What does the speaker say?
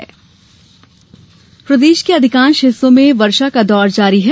मौसम प्रदेश के अधिकांश हिस्सों में वर्षा का दौर जारी है